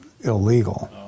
illegal